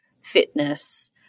fitness